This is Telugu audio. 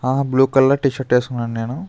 బ్లూ కలర్ టీ షర్ట్ వేసుకున్నాను నేను